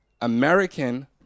American